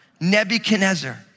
Nebuchadnezzar